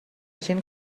gent